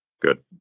Good